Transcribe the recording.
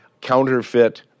Counterfeit